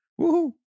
Woohoo